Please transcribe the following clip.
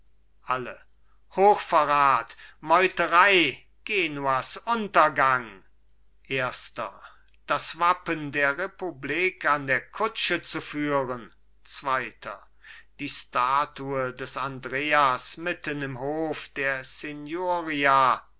alle hochverrat meuterei genuas untergang erster das wappen der republik an der kutsche zu führen zweiter die statue des andreas mitten im hof der